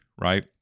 right